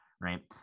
Right